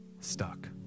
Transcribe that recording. stuck